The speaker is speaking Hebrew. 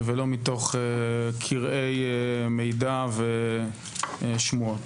ולא מתוך קרעי מידע ושמועות.